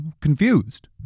confused